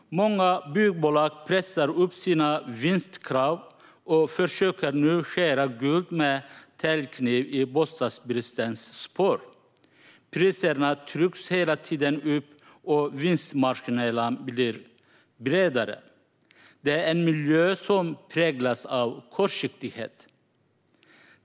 Många byggbolag pressar upp sina vinstkrav och försöker nu skära guld med täljkniv i bostadsbristens spår. Priserna trycks hela tiden upp, och vinstmarginalerna blir bredare. Det är en miljö som präglas av kortsiktighet.